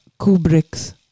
Kubrick's